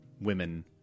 women